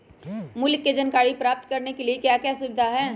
मूल्य के जानकारी प्राप्त करने के लिए क्या क्या सुविधाएं है?